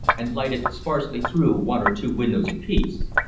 and lighted sparsely through one or two windows apiece.